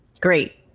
Great